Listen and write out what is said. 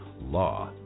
law